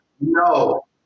no